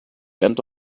end